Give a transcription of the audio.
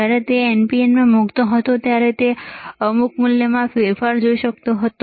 જ્યારે તે NPN માં મૂકતો હતો ત્યારે તે અમુક મૂલ્યમાં ફેરફાર જોઈ શકતો હતો